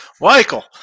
Michael